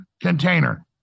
container